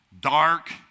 dark